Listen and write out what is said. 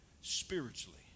spiritually